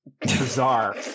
Bizarre